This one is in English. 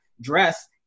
dress